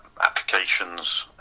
applications